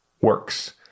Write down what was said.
Works